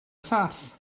llall